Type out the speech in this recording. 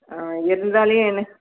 ஆ இருந்தாலும் என